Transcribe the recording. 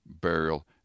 burial